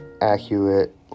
accurate